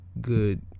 good